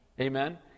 Amen